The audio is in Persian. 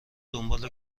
دنبال